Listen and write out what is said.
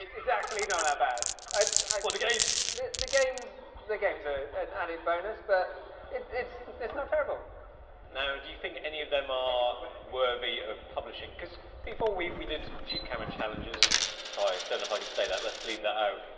it's actually not that bad well the games the the games the games are an added bonus, but it's it's not terrible now do you think any of them are worthy of? publishing because before we we did cheap cameron challenges so i don't if i can say that lets believe that oh,